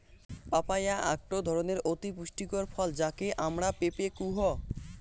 papaya আকটো ধরণের অতি পুষ্টিকর ফল যাকে আমরা পেঁপে কুহ